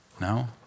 No